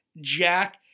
Jack